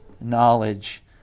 knowledge